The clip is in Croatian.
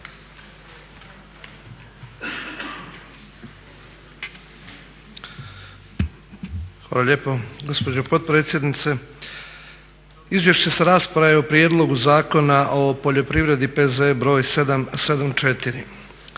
Hvala lijepo gospođo potpredsjednice. Izvješća sa rasprave o Prijedlogu zakona o poljoprivredni P.Z. br. 774.